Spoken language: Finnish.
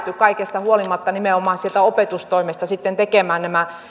kaikesta huolimatta nimenomaan opetustoimesta tekemään nämä